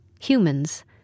Humans